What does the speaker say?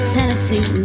Tennessee